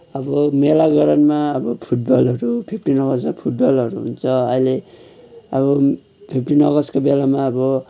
अब मेला ग्राउन्डमा अब फुटबलहरू फिफ्टिन अगस्तमा फुटबलहरू हुन्छ अहिले अब फिफ्टिन अगस्तको बेलामा अब